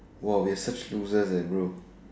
!wah! we are such losers and bro